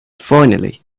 finally